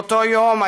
באותו היום,